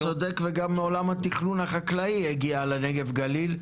אתה צודק וגם עולם התכנון החקלאי הגיע לנגב גליל,